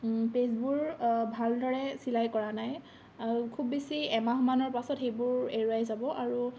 পেজবোৰ ভালদৰে চিলাই কৰা নাই আৰু খুব বেছি এমাহমানৰ পাছত সেইবোৰ এৰুৱাই যাব আৰু